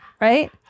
right